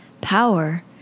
Power